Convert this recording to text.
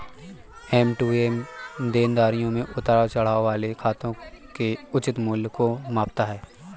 M to M देनदारियों में उतार चढ़ाव वाले खातों के उचित मूल्य को मापता है